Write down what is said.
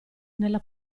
nella